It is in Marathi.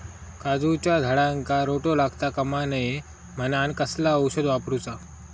काजूच्या झाडांका रोटो लागता कमा नये म्हनान कसला औषध वापरूचा?